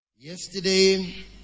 Yesterday